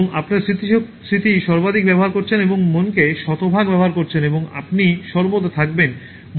এবং আপনার স্মৃতি সর্বাধিক ব্যবহার করছেন এবং মনকে শতভাগ ব্যবহার করছেন এবং আপনি সর্বদা থাকবেন